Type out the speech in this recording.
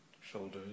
Shoulders